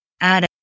add